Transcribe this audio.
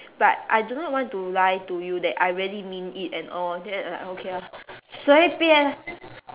but I do not want to lie to you that I really mean it and all then like okay ah 随便啊